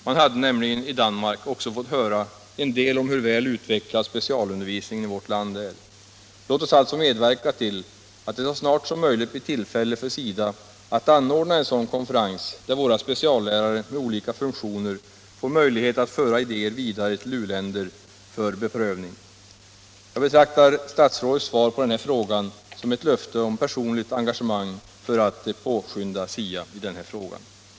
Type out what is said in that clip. Man hade nämligen i Danmark också fått höra något om hur väl utvecklad specialundervisningen i vårt land är. Låt oss alltså medverka till att det så snart som möjligt blir tillfälle för SIDA att anordna en sådan konferens, där våra speciallärare med olika funktioner får möjlighet att föra idéer vidare till u-länder för prövning. Jag betraktar statsrådets svar på den här interpellationen som ett löfte om personligt engagemang för att påskynda SIDA:s arbete i frågan.